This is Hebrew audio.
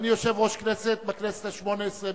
ואני יושב-ראש הכנסת בכנסת השמונה-עשרה,